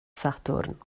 sadwrn